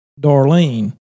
Darlene